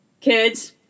kids